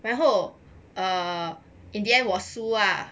然后 in the end 我输 lah